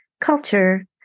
culture